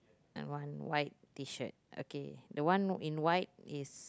and one white T-shirt okay the one in white is